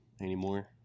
anymore